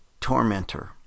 tormentor